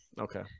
Okay